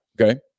okay